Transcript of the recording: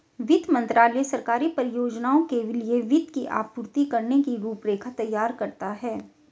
वित्त मंत्रालय सरकारी परियोजनाओं के लिए वित्त की आपूर्ति करने की रूपरेखा तैयार करता है